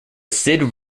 sid